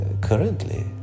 currently